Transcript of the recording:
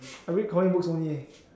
I read comic books only eh